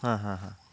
হা হা হা